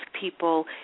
people